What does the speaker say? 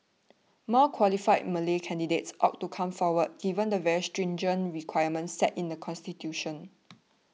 more qualified Malay candidates ought to come forward given the very stringent requirements set in the constitution